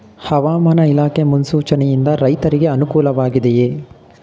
ಹವಾಮಾನ ಇಲಾಖೆ ಮುನ್ಸೂಚನೆ ಯಿಂದ ರೈತರಿಗೆ ಅನುಕೂಲ ವಾಗಿದೆಯೇ?